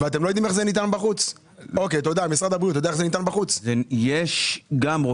משרד הבריאות, איך ניתן היום הרשיון?